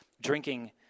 drinking